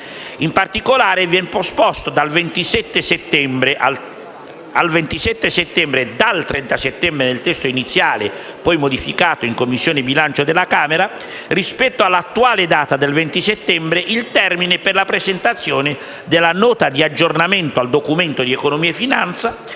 In particolare, viene posposto al 27 settembre (al 30 settembre nel testo iniziale, poi modificato in Commissione bilancio della Camera), rispetto alla attuale data del 20 settembre, il termine per la presentazione della Nota di aggiornamento al Documento di economia e finanza,